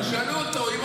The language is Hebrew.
תדברו איתו, תשאלו אותו.